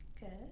Good